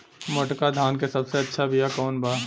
मोटका धान के सबसे अच्छा बिया कवन बा?